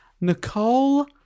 Nicole